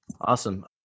Awesome